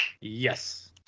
Yes